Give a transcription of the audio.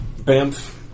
Bamf